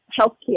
healthcare